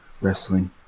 wrestling